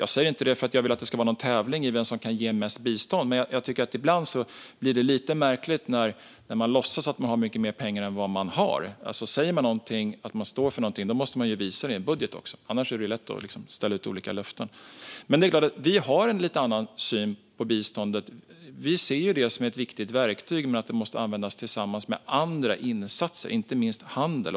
Jag säger inte detta för att jag vill att det ska vara en tävling om vem som kan ge mest bistånd, men jag tycker att det ibland blir lite märkligt när man låtsas att man har mycket mer pengar än man har. Säger man att man står för något måste man också visa det i en budget - annars är det lätt att ställa ut olika löften. Vi har en lite annan syn på biståndet. Vi ser det som ett viktigt verktyg som dock måste användas tillsammans med andra insatser, inte minst handel.